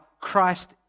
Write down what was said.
Christ